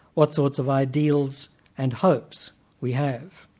what sorts of ideals and hopes we have.